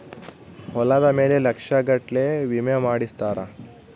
ಹೊಲದ ಮೇಲೆ ಲಕ್ಷ ಗಟ್ಲೇ ವಿಮೆ ಮಾಡ್ಸಿರ್ತಾರ